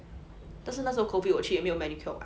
但是那时 COVID 我去也没有 manicure [what]